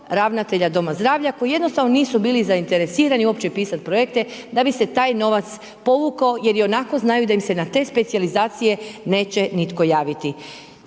ravnatelja doma zdravlja koji jednostavno nisu bili zainteresirani uopće pisati projekte da bi se taj novac povukao jer ionako znaju da im se na te specijalizacije neće nitko javiti.